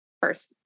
first